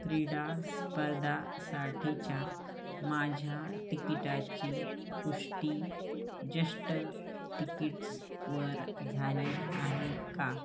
क्रीडास्पर्धांसाठीच्या माझ्या तिकिटाची पुष्टी जष्टटिकिट्स वर झाली आहे का